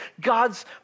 God's